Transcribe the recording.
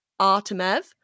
Artemev